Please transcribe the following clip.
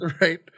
right